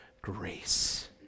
grace